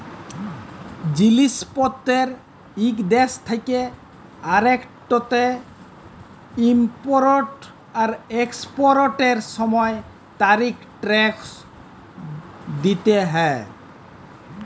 জিলিস পত্তের ইক দ্যাশ থ্যাকে আরেকটতে ইমপরট আর একসপরটের সময় তারিফ টেকস দ্যিতে হ্যয়